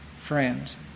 friends